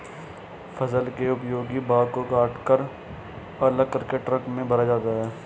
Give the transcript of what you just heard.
फसल के उपयोगी भाग को कटकर अलग करके ट्रकों में भरा जाता है